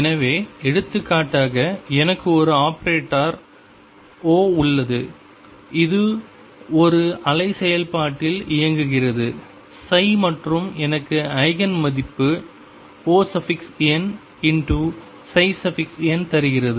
எனவே எடுத்துக்காட்டாக எனக்கு ஒரு ஆபரேட்டர் O உள்ளது இது ஒரு அலை செயல்பாட்டில் இயங்குகிறது மற்றும் எனக்கு ஐகேன் மதிப்பு Onn தருகிறது